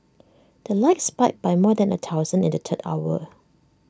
the likes spiked by more than A thousand in the third hour